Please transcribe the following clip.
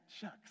shucks